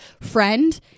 friend